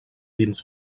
dins